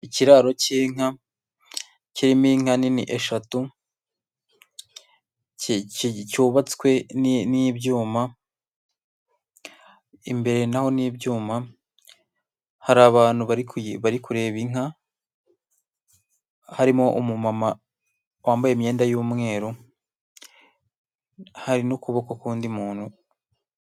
Ikiraro cy'inka kirimo inkaini eshatu, cyubatswe n ibyuma, imbere naho n ibyuma , hari abantu bari kureba inka, harimo umumama wambaye imyenda y'umweru, hari n' ukuboko kw'undi muntu.